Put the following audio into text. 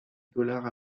dollars